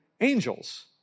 angels